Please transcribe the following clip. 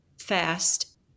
fast